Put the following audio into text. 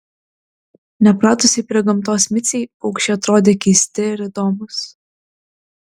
nepratusiai prie gamtos micei paukščiai atrodė keisti ir įdomūs